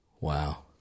Wow